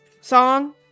song